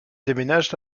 déménagent